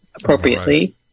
appropriately